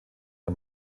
der